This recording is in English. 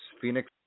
Phoenix